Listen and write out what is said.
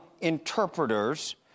interpreters